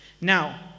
Now